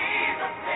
Jesus